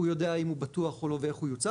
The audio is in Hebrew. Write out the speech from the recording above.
הוא יודע אם הוא בטוח או לא או איך הוא יוצר,